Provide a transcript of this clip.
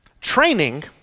Training